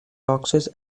boxes